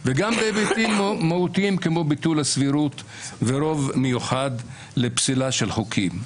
וגם בהיבטים מהותיים כמו ביטול הסבירות ורוב מיוחד לפסילה של חוקים.